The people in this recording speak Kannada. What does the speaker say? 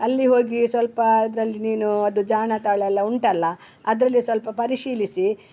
ಅಲ್ಲಿ ಹೋಗಿ ಸ್ವಲ್ಪ ಅದ್ರಲ್ಲಿ ನೀನು ಅದು ಜಾಲತಾಣೆಲ್ಲ ಉಂಟಲ್ವ ಅದರಲ್ಲಿ ಸ್ವಲ್ಪ ಪರಿಶೀಲಿಸಿ